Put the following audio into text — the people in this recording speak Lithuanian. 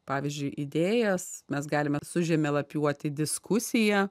pavyzdžiui idėjas mes galime sužemėlapiuoti diskusiją